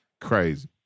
crazy